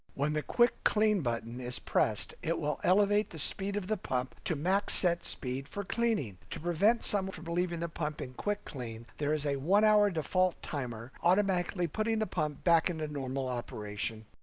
when the quick clean button is pressed it will elevate the speed of the pump to max set speed for cleaning. to prevent someone from leaving the pump in quick clean, there is a one hour default timer automatically putting the pump back into normal operation.